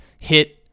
hit